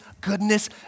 goodness